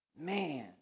Man